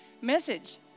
message